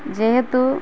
ଯେହେତୁ